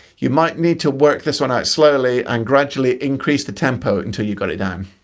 you might need to work this one out slowly and gradually increase the tempo until you got it down.